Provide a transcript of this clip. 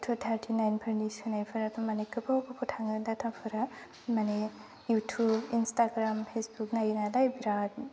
two thirty नाइनफोरनि सोनायफोराबो माने गोबाव थाङो डाटाफोरा माने युटुब इन्सटाग्राम फेसबुक नायो नालाय बिरात